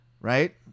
Right